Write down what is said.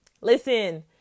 Listen